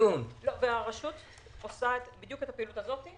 הרשות עושה בדיוק את הפעילות הזאת.